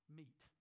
meet